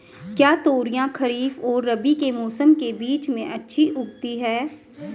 क्या तोरियां खरीफ और रबी के मौसम के बीच में अच्छी उगती हैं?